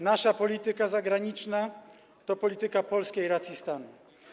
Nasza polityka zagraniczna to polityka polskiej racji stanu.